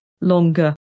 longer